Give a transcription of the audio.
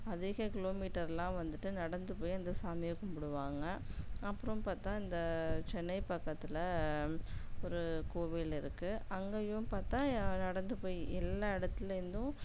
அதிக கிலோமீட்டர்லாம் வந்துவிட்டு நடந்து போய் அந்த சாமிய கும்பிடுவாங்க அப்புறம் பார்த்தா இந்த சென்னை பக்கத்தில் ஒரு கோவில் இருக்கு அங்கேயும் பார்த்தா எ நடந்து போய் எல்லா இடத்துலேந்தும்